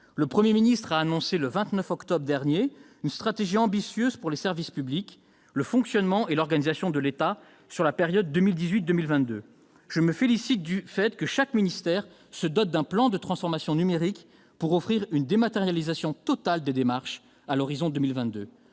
Le Premier ministre a annoncé, le 29 octobre dernier, une stratégie ambitieuse pour les services publics, le fonctionnement et l'organisation de l'État sur la période 2018-2022. Je me félicite que chaque ministère se dote d'un plan de transformation numérique pour offrir une dématérialisation totale des démarches à l'horizon de 2022.